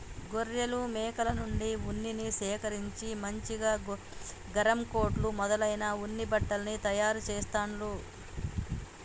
గొర్రెలు మేకల నుండి ఉన్నిని సేకరించి మంచిగా గరం కోట్లు మొదలైన ఉన్ని బట్టల్ని తయారు చెస్తాండ్లు